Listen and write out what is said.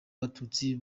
abatutsi